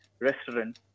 restaurant